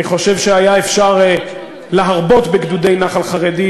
אני חושב שהיה אפשר להרבות בגדודי נח"ל חרדי,